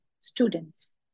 students